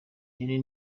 niyo